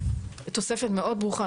תוספת מאוד ברוכה.